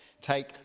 take